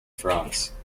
france